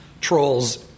trolls